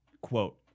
quote